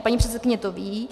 Paní předsedkyně to ví.